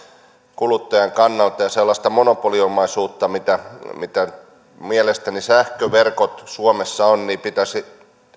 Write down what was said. kuluttajan kannalta sellaisen monopoliomaisuuden osalta jota mielestäni sähköverkot suomessa ovat pitäisi